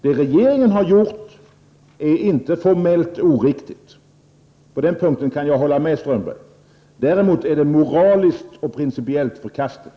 Det som regeringen har gjort är inte formellt oriktigt. På den punkten kan jag hålla med Håkan Strömberg. Däremot är det moraliskt och principiellt förkastligt.